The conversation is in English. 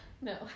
No